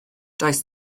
does